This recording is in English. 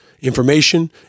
information